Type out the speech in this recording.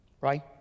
Right